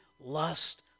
lust